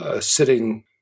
sitting